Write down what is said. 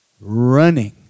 running